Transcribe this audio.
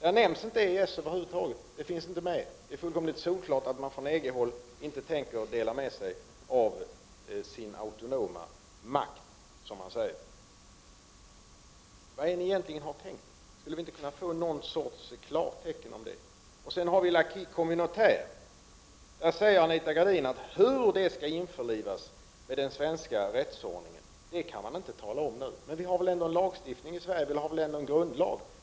Där nämns inte EES över huvud taget. Det är fullkomligt solklart att man från EG-håll inte tänker dela med sig av sin autonoma makt, som man säger. Vad är det egentligen ni har tänkt er? Skulle vi inte kunna få något slags klartecken om det? Och sedan har vi I'acquis communautaire. Anita Gradin säger att hur detta skall införlivas i den svenska rättsordningen kan man inte tala om nu. Men vi har väl ändå en rättsordning i Sverige, och en grundlag?